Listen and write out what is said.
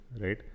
right